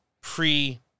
pre